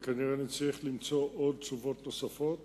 וכנראה נצטרך למצוא תשובות נוספות